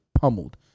pummeled